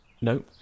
no